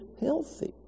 healthy